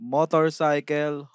Motorcycle